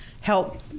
help